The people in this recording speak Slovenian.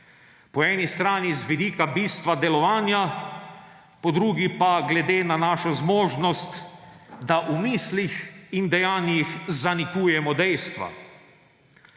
Po eni strani z vidika bistva delovanja, po drugi pa glede na našo zmožnost, da v mislih in dejanjih zanikujemo dejstva.